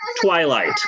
Twilight